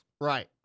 Right